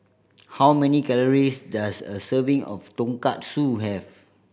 how many calories does a serving of Tonkatsu have